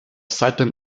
seitdem